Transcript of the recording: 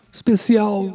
especial